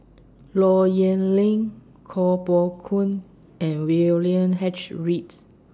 Low Yen Ling Koh Poh Koon and William H Reads